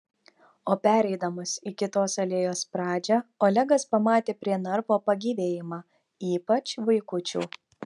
o pereidamas į kitos alėjos pradžią olegas pamatė prie narvo pagyvėjimą ypač vaikučių